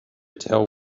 tell